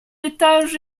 étage